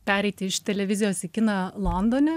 pereiti iš televizijos į kiną londone